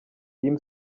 team